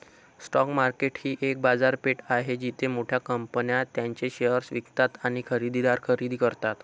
stock market ही एक बाजारपेठ आहे जिथे मोठ्या कंपन्या त्यांचे शेअर्स विकतात आणि खरेदीदार खरेदी करतात